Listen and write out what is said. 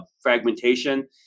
fragmentation